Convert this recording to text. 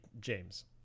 James